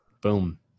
Boom